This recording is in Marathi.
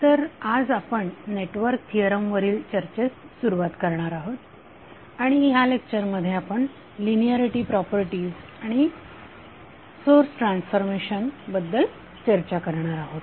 तर आज आपण नेटवर्क थिअरम वरील चर्चेस सुरुवात करणार आहोत आणि ह्या लेक्चरमध्ये आपण लिनिऍरिटी प्रॉपर्टीज आणि सोर्स ट्रान्सफॉर्मेशन बद्दल चर्चा करणार आहोत